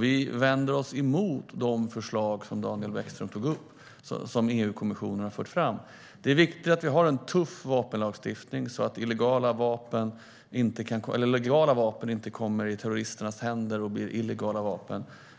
Vi vänder oss emot de förslag som Daniel Bäckström tog upp och som EU-kommissionen har fört fram. Det är viktigt att vi har en tuff vapenlagstiftning så att legala vapen inte kommer i terroristernas händer och blir illegala vapen.